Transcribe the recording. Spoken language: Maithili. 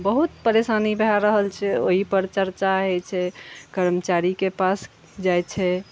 बहुत परेशानी भए रहल छै ओहि पर चर्चा होइ छै कर्मचारीके पास जाइ छै